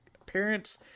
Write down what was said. appearance